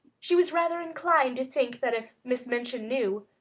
she was rather inclined to think that if miss minchin knew,